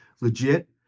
legit